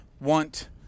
want